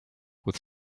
with